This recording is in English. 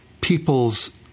people's